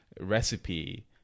recipe